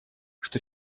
что